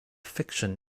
fiction